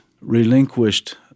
relinquished